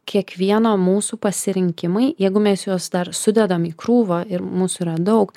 kiekvieno mūsų pasirinkimai jeigu mes juos dar sudedam į krūvą ir mūsų yra daug